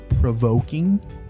provoking